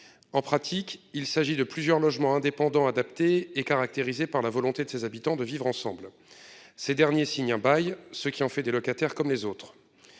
En pratique, il s'agit de plusieurs logements indépendants adapté est caractérisée par la volonté de ses habitants de vivre ensemble. Ces derniers signent un bail, ce qui en fait des locataires, comme les autres.